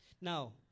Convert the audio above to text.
Now